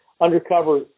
undercover